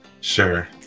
Sure